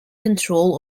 control